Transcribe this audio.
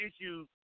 issues